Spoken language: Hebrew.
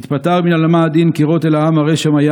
דאתפטר מן עלמא הדין כרעות אלהא מרא שמיא